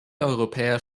europäer